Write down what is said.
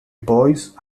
boise